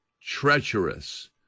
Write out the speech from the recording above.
treacherous